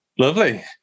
lovely